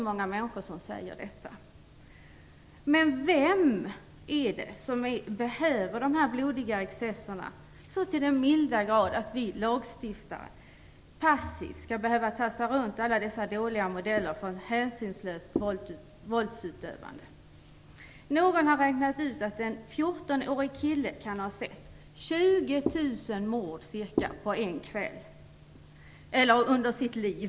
Många människor för fram det, men vem är det som behöver dessa blodiga excesser så till den milda grad att vi lagstiftare passivt skall behöva tassa runt omkring alla dåliga framställningar av ett hänsynslöst våldsutövande? Någon har räknat ut att en 14-årig pojke kan ha sett ca 20 000 mord under sitt liv.